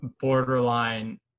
borderline